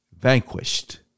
vanquished